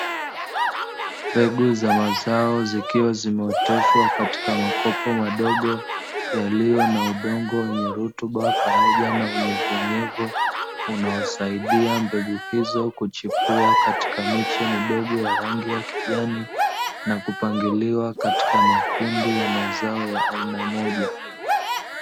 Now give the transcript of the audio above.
Mbegu za mazao zikiwa zimeoteshwa katika makopo madogo, yaliyo na udongo wenye rutuba pamoja na unyevuunyevu, unaosaidia mbegu hizo kuchipua katika miche midogo ya rangi ya kijani, na kupangiliwa katika makundi ya mazao ya aina moja.